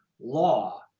law